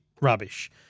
rubbish